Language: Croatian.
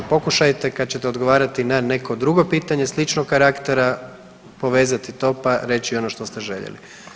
Pokušajte, kad ćete odgovarati na neko drugo pitanje sličnog karaktera povezati to pa reći ono što ste željeli.